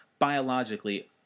biologically